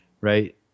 right